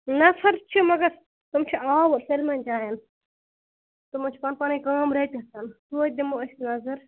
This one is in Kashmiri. نَفر چھِ مَگر تِم چھِ آوُر سٲلمن جاین تِمو چھِ پَنٕنۍ پَنٕنۍ کٲم رٔٹِتھ ہن تویتہِ دِمو أسۍ نَظر